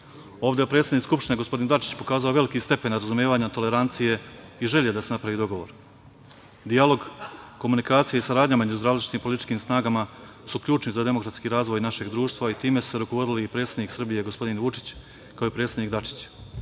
je predsednik Skupštine, gospodin Dačić, pokazao veliki stepen razumevanja, tolerancije i želje da se napravi dogovor. Dijalog, komunikacija i saradnja među različitim političkim snagama su ključni za demokratski razvoj našeg društva i time su se rukovodili i predsednik Srbije, gospodin Vučić, kao i predsednik Dačić,